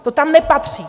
To tam nepatří!